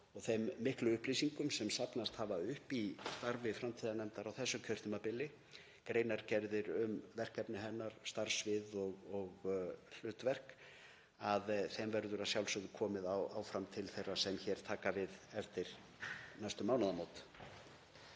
Þeim miklu upplýsingum sem safnast hafa upp í starfi framtíðarnefndar á þessu kjörtímabili, greinargerðir um verkefni hennar, starfssvið og hlutverk, verður að sjálfsögðu komið áfram til þeirra sem taka við eftir næstu mánaðamót.